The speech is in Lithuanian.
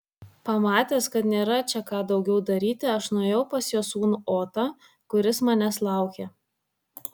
pamatęs kad nėra čia ką daugiau daryti aš nuėjau pas jo sūnų otą kuris manęs laukė